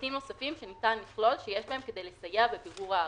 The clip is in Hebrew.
(12)פרטים נוספים שניתן לכלול שיש בהם כדי לסייע בבירור הערר.